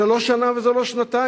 זה לא שנה וזה ולא שנתיים.